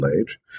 age